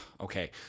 Okay